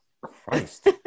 Christ